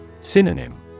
Synonym